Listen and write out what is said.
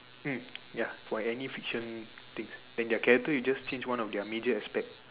mm ya for any fiction things then their character you just change one of their major aspect